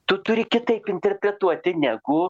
tu turi kitaip interpretuoti negu